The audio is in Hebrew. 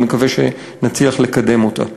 אני מקווה שנצליח לקדם אותה.